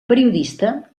periodista